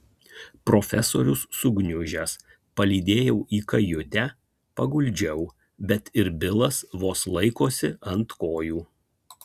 profesorius sugniužęs palydėjau į kajutę paguldžiau bet ir bilas vos laikosi ant kojų